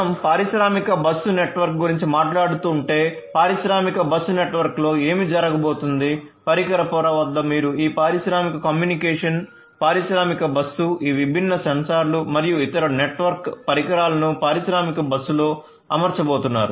మనం పారిశ్రామిక bus network ఈ విభిన్న సెన్సార్లు మరియు ఇతర నెట్వర్క్ పరికరాలను పారిశ్రామిక బస్సులో అమర్చబోతున్నారు